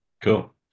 cool